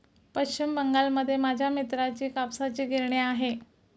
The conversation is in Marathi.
पश्चिम बंगालमध्ये माझ्या मित्राची कापसाची गिरणी आहे